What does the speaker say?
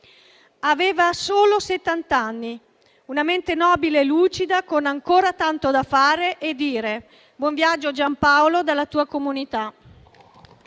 Aveva solo settant'anni e una mente nobile e lucida, con ancora tanto da fare e da dire. Buon viaggio, Gianpaolo, dalla tua comunità.